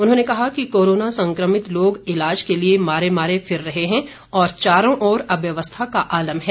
उन्होंने कहा कि कोरोना संक्रमित लोग ईलाज के लिए मारे मारे फिर रहे हैं और चारों ओर अव्यवस्था का आलम है